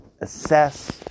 Assess